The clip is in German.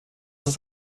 ist